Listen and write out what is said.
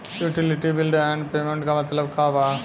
Utility bills and payments क मतलब का बा?